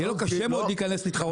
יהיה קשה לו מאוד להיכנס ולהתחרות בו.